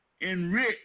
enrich